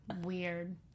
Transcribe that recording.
weird